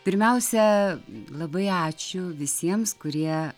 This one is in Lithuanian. pirmiausia labai ačiū visiems kurie